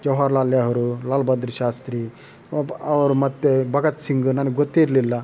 ಜವಹರ್ಲಾಲ್ ನೆಹರೂ ಲಾಲ ಬಹದ್ದೂರ್ ಶಾಸ್ತ್ರಿ ಒಬ್ಬ ಅವರು ಮತ್ತು ಭಗತ್ ಸಿಂಗ್ ನನಗೆ ಗೊತ್ತಿರಲಿಲ್ಲ